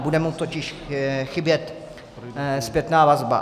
Bude mu totiž chybět zpětná vazba.